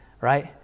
Right